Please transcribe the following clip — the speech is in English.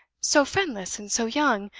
so friendless and so young,